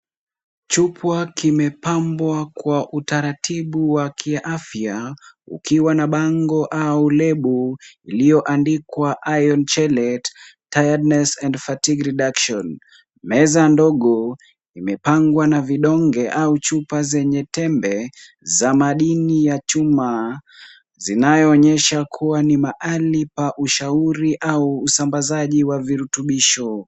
Chupwa kimepambwa kwa utaratibu wa kiafya ukiwa na bango au lebo ilioandikwa iron chelet tiredness and fatigue reduction . Meza ndogo imepangwa na vidonge au chupa zenye tembe za madini ya chuma zinayoonyesha kuwa ni mahali pa ushauri au usambazaji wa virutubisho.